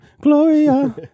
Gloria